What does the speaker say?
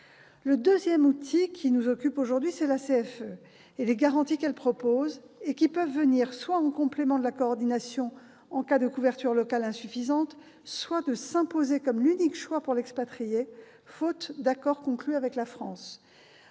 Le second outil, qui nous occupe aujourd'hui, est la CFE et les garanties qu'elle propose. Il peut intervenir en complément de la coordination en cas de couverture locale insuffisante, ou s'imposer comme l'unique choix pour l'expatrié à défaut d'accord conclu avec la France.